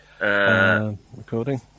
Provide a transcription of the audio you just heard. Recording